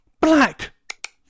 Black